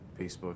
Facebook